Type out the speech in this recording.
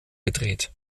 gedreht